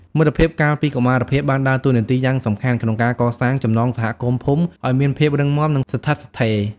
មិត្តភាពកាលពីកុមារភាពបានដើរតួនាទីយ៉ាងសំខាន់ក្នុងការកសាងចំណងសហគមន៍ភូមិឱ្យមានភាពរឹងមាំនិងស្ថិតស្ថេរ។